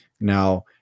now